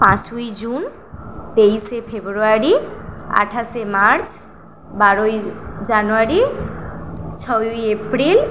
পাঁচই জুন তেইশে ফেব্রুয়ারি আঠাশে মার্চ বারোই জানুয়ারি ছয়ই এপ্রিল